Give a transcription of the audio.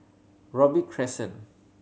Robey Crescent